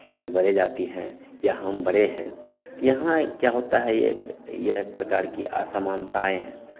ये बड़े जाति है या हम बड़े हैं तो यहाँ क्या होता है एक यह एक प्रकार की असमानताएं है